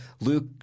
Luke